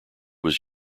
was